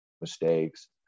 mistakes